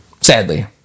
Sadly